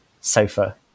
sofa